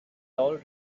doll